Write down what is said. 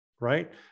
right